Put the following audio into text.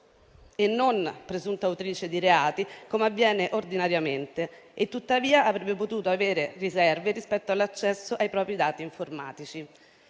e non presunta autrice di reati come avviene ordinariamente, e tuttavia avrebbe potuto avere riserve rispetto all'accesso ai propri dati informatici.